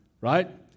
Right